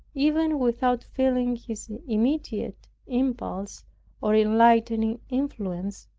even without feeling his immediate impulse or enlightning influence,